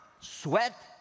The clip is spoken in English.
Sweat